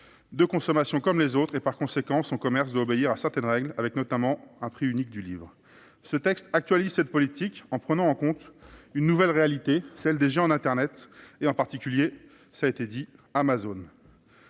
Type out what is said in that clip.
de consommation comme les autres et, par conséquent, son commerce doit obéir à certaines règles, avec notamment un prix unique. Ce texte vise à actualiser cette politique en prenant en compte une nouvelle réalité, celle des géants d'internet, en particulier Amazon.